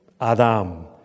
Adam